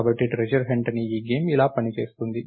కాబట్టి treasure hunt అనే ఈ గేమ్ ఇలా పనిచేస్తుంది